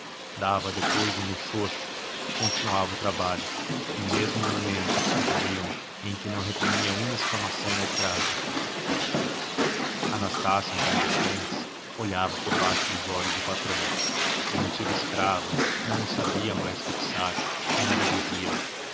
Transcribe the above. dava depois um muxoxo continuava o trabalho e mesmo momentos surgiam em que não reprimia uma exclamação ou uma frase anastácio em tais instantes olhava por baixo dos olhos o patrão o antigo escravo não os sabia mais fixar e nada dizia